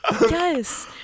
yes